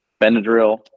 Benadryl